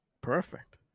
perfect